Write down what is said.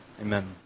Amen